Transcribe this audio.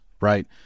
right